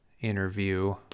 interview